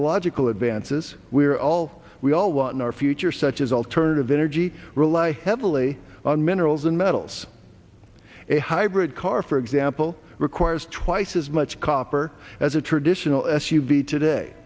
technological advances we are all we all want in our future such as alternative energy rely heavily on minerals and metals a hybrid car for example requires twice as much copper as a traditional s u v today